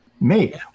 make